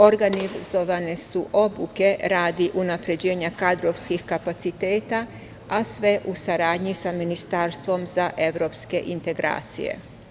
Organizovane su obuke radi unapređenja kadrovskih kapaciteta, a sve u saradnji sa Ministarstvo za evropske integracije.